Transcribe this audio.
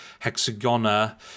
hexagona